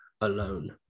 alone